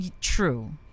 true